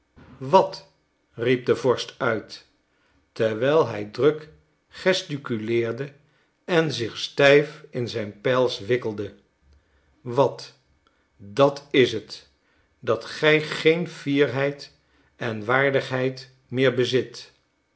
wat riep de vorst uit terwijl hij druk gesticuleerde en zich stijf in zijn pels wikkelde wat dat is het dat gij geen fierheid en waardigheid meer bezit